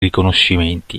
riconoscimenti